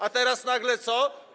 A teraz nagle co?